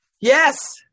Yes